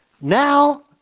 Now